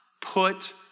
put